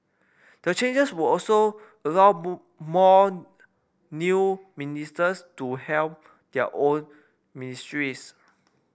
the changes will also allow more new ministers to helm their own ministries